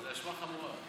זו האשמה חמורה.